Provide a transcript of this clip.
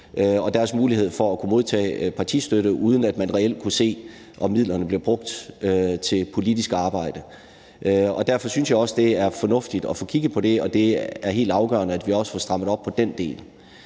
og deres mulighed for at kunne modtage partistøtte, uden at man reelt kunne se, om midlerne blev brugt til politisk arbejde. Derfor synes jeg også, det er fornuftigt at få kigget på det, og det er helt afgørende, at vi også får strammet op på den del.